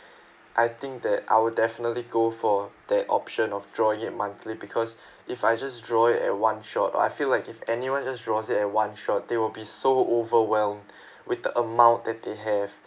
I think that I'll definitely go for that option of drawing it monthly because if I just draw it at one shot I feel like if anyone just draws it at one shot they will be so overwhelmed with the amount that they have